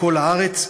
בכל הארץ,